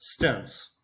stents